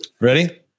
Ready